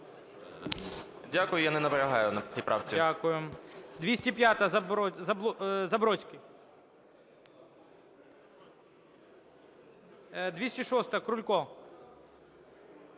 Дякую. Я не наполягаю на цій правці.